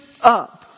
up